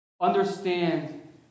understand